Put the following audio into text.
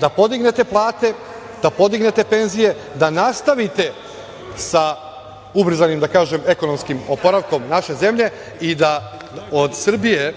da podignete plate, penzije i da nastavite sa ubrzanim ekonomskim oporavkom naše zemlje i da od Srbije,